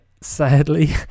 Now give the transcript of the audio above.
sadly